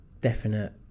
definite